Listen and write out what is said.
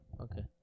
Okay